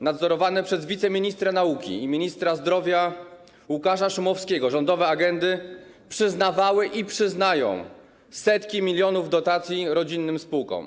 Nadzorowane przez wiceministra nauki i ministra zdrowia Łukasza Szumowskiego rządowe agendy przyznawały i przyznają setki milionów dotacji rodzinnym spółkom.